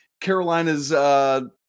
Carolina's